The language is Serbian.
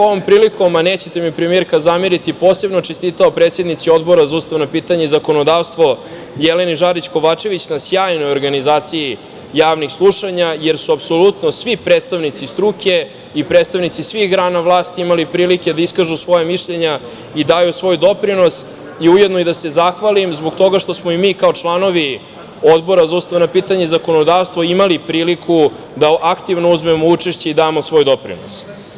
Ovom prilikom bih, a nećete mi, premijerka, zameriti posebno čestitao predsednici Odbora za ustavna pitanja i zakonodavstvo, Jeleni Žarić Kovačević, na sjajnoj organizaciji javnih slušanja, jer su apsolutno svih predstavnici struke i predstavnici svih grana vlasti imali prilike da iskažu svoja mišljenja i daju svoj doprinos i ujedno da se zahvalim zbog toga što smo i mi kao članovi Odbora za ustavna pitanja i zakonodavstvo imali priliku da aktivno uzmemo učešće i damo svoj doprinos.